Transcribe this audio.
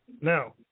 Now